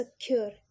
secure